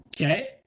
Okay